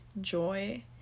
joy